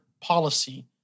policy